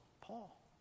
Paul